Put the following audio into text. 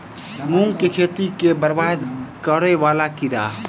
मूंग की खेती केँ बरबाद करे वला कीड़ा?